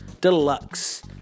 Deluxe